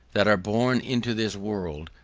that are born into this world,